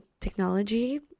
technology